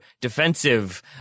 defensive